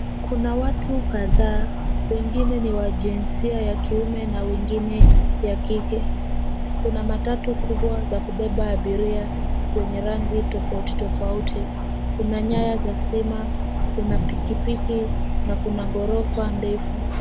Kuna watu kadhaa, wengine ni wa jinsia ya kiume na wengine ya kike. Kuna matatu kubwa za kubebeba abiria zenye rangi tofauti, tofauti. Kuna nyaya za stima, kuna pikipiki na kuna gorofa ndefu.